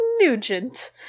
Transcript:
Nugent